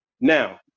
Now